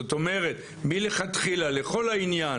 זאת אומרת שמלכתחילה לכל העניין,